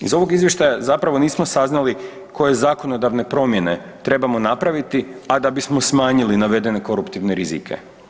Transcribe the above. Iz ovog Izvještaja zapravo nismo saznali koje zakonodavne promjene trebamo napraviti, a da bismo smanjili navedene koruptivne rizike.